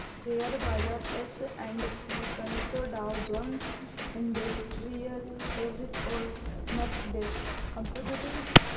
share बाजार S and P पनसो Dow Jones industrial average और नैस्डैक कंपोजिट है